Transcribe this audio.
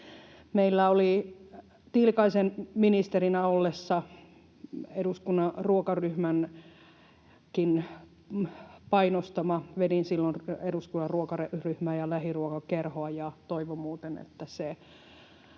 maataloutta. Tiilikaisen ministerinä ollessa Eduskunnan ruokaryhmänkin painostama...Vedin silloin Eduskunnan ruokaryhmää ja lähiruokakerhoa, ja toivon muuten, että se